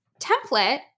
template